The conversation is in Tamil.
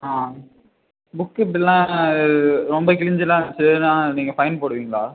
ஆ புக்கு இப்படிலாம் ரொம்ப கிழிஞ்சுலாம் இருந்துச்சுன்னா நீங்கள் ஃபைன் போடுவீங்களா